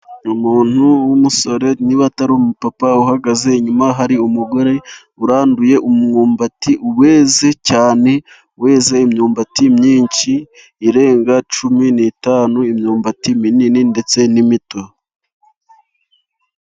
Ni umuntu w'umusore niba atari umupapa uhagaze. Inyuma hari umugore uranduye umwumbati weze cyane, weze imyumbati myinshi irenga cumi n'itanu, imyumbati minini ndetse n'imito.